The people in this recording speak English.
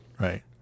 Right